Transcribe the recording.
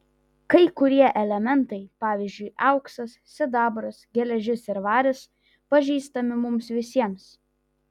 kai kurie elementai pavyzdžiui auksas sidabras geležis ir varis pažįstami mums visiems